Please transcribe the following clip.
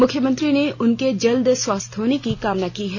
मुख्यमंत्री ने उनके जल्द स्वस्थ होने की कामना की है